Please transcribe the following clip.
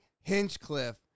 Hinchcliffe